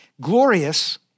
Glorious